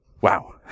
Wow